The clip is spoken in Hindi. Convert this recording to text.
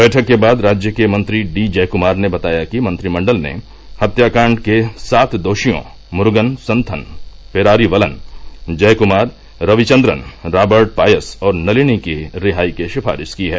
बैठक के बाद राज्य के मंत्री डी जयकूमार ने बताया कि मंत्रिमंडल ने हत्याकांड के सात दोषियों मुरूगन सन्थन पेरारीवलन जयकुमार रविचन्द्रन राबर्ट पायस और नलिनी की रिहाई की सिफारिश की है